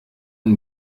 und